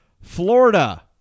florida